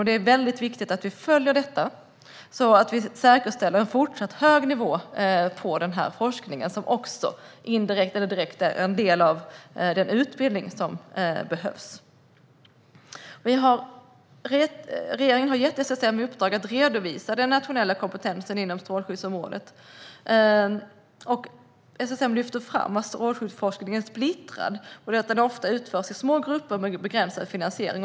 Det är viktigt att vi följer detta så att vi kan säkerställa ett fortsatt hög nivå på den här forskningen, som också - direkt eller indirekt - är en del av den utbildning som behövs. Regeringen har gett SSM i uppdrag att redovisa den nationella kompetensen inom strålskyddsområdet. SSM lyfter fram att strålskyddsforskningen är splittrad och att den ofta utförs i små grupper med begränsad finansiering.